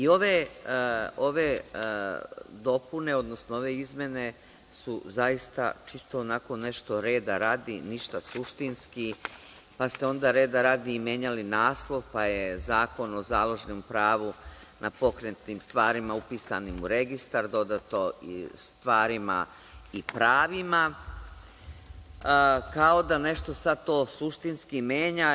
Ove dopune, odnosno izmene su zaista čisto onako nešto reda radi, ništa suštinski, pa ste onda reda radi i menjali naslov, pa je Zakon o založnom pravu na pokretnim stvarima upisan u registar, dodato i – stvarima i pravima, kao da nešto sada to suštinski menja.